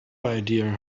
idea